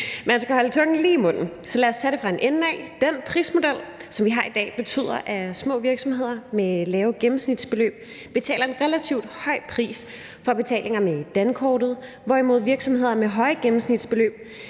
Man skal holde tungen lige i munden. Så lad os tage det fra en ende af. Den prismodel, som vi har i dag, betyder, at små virksomheder med lave gennemsnitsbeløb betaler en relativt høj pris for betalinger med dankortet, hvorimod virksomheder med høje gennemsnitsbeløb